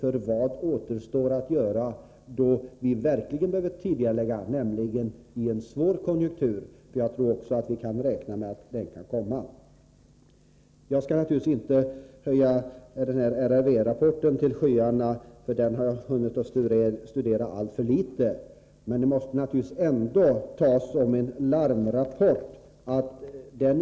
Vad återstår att göra då vi verkligen behöver tidigarelägga, nämligen i en lågkonjunktur? Jag tror att vi kan räkna med att den kan komma. Jag skallinte höja RRV-rapporten till skyarna — jag har inte hunnit studera den tillräckligt än. Den måste i varje fall betraktas som en larmrapport.